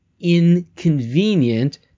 inconvenient